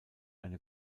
eine